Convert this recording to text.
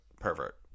pervert